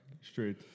straight